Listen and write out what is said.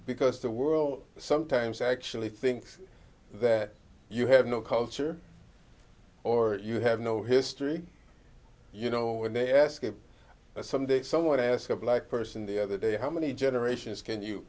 because the world sometimes actually thinks that you have no culture or you have no history you know when they ask if some day someone ask a black person the other day how many generations can you